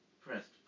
pressed